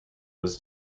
was